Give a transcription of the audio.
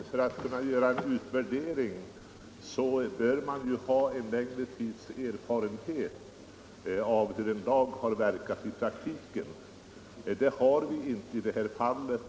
Herr talman! För att kunna göra en utvärdering av en lag behöver man ha en längre tids erfarenhet av hur den har verkat i praktiken. Det har vi inte hunnit få i det här fallet,